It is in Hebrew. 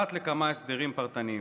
פרט לכמה הסדרים פרטניים.